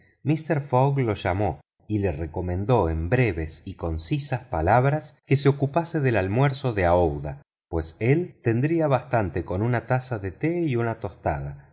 mister fogg lo llamó y le recomendó en breves y concisas palabras que se ocupase del almuerzo de aouida pues él tendría bastante con una taza de té y una tostada